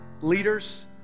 leaders